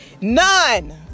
none